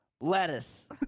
lettuce